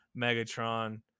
Megatron